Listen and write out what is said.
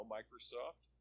Microsoft